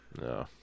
No